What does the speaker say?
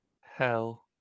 hell